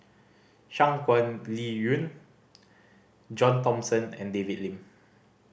Shangguan Liuyun John Thomson and David Lim